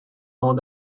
all